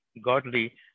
godly